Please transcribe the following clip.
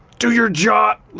do your job?